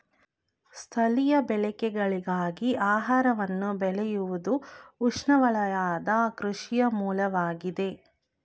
ಸ್ಥಳೀಯ ಬಳಕೆಗಳಿಗಾಗಿ ಆಹಾರವನ್ನು ಬೆಳೆಯುವುದುಉಷ್ಣವಲಯದ ಕೃಷಿಯ ಮೂಲವಾಗಿದೆ